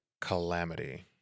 Calamity